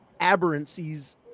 aberrancies